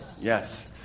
Yes